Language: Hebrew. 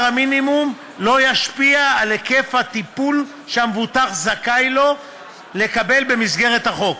המינימום לא ישפיע על היקף הטיפול שהמבוטח זכאי לקבל במסגרת החוק,